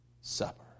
Supper